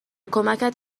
کمکت